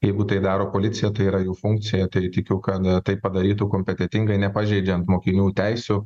jeigu tai daro policija tai yra jų funkcija tai tikiu kad tai padarytų kompetentingai nepažeidžiant mokinių teisių